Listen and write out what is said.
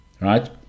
Right